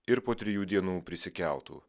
ir po trijų dienų prisikeltų